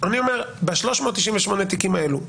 אני אומר: ב-398 התיקים האלה,